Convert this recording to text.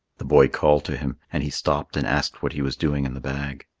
the boy called to him, and he stopped and asked what he was doing in the bag.